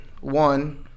One